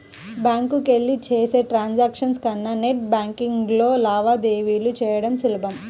బ్యాంకులకెళ్ళి చేసే ట్రాన్సాక్షన్స్ కన్నా నెట్ బ్యేన్కింగ్లో లావాదేవీలు చెయ్యడం సులభం